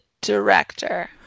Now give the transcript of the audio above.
director